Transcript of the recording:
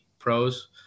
pros